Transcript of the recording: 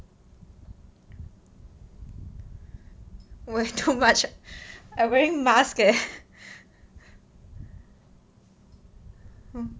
eh too much I wearing mask leh